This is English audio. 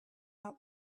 out